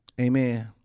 Amen